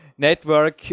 Network